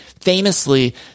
famously